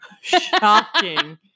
Shocking